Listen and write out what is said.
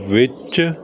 ਵਿੱਚ